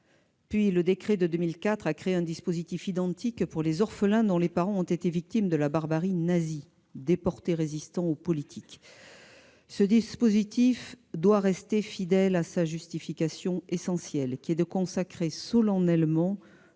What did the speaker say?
Puis, le décret de 2004 a créé un dispositif identique pour les orphelins dont les parents ont été victimes de la barbarie nazie, déportés résistants ou politiques. Ce dispositif doit rester fidèle à sa justification essentielle, qui est de consacrer solennellement